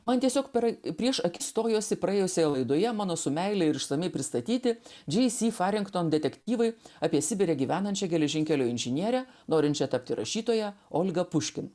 man tiesiog per prieš akis stojosi praėjusioje laidoje mano su meile ir išsamiai pristatyti džei si farington detektyvai apie sibire gyvenančią geležinkelio inžinierę norinčią tapti rašytoja olgą puškin